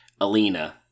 Alina